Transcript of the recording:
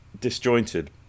disjointed